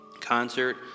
Concert